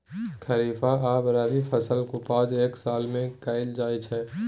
खरीफ आ रबी फसलक उपजा एक साल मे कराएल जाइ छै